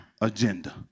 agenda